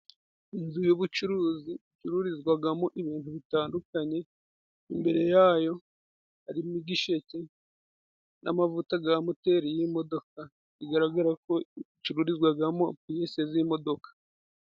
Inzu y'ubucuruzi icururizwamo ibintu bitandukanye, imbere yayo harimo igisheke n'amavuta ya moteri y'imodoka. Bigaragara ko icururizwamo piyese z'imodoka.